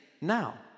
now